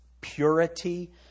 purity